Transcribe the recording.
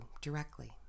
directly